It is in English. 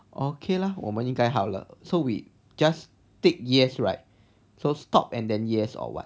okay lah 我们应该好了 so we just tick yes right so stop and then yes or what